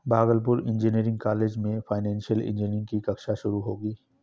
Bhagalpur engineering college में financial engineering की कक्षा शुरू होगी